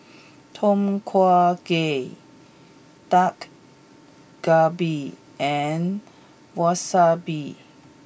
Tom Kha Gai Dak Galbi and Wasabi